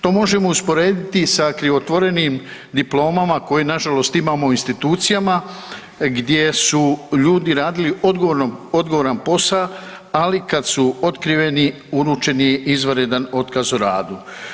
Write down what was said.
To možemo usporediti sa krivotvorenim diplomama koje na žalost imamo u institucijama gdje su ljudi radili odgovoran posao, ali kad su otkriveni uručen je izvanredan otkaz o radu.